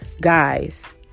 guys